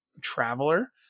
traveler